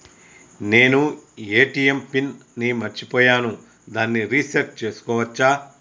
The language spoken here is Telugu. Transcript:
నేను ఏ.టి.ఎం పిన్ ని మరచిపోయాను దాన్ని రీ సెట్ చేసుకోవచ్చా?